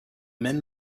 men